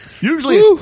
Usually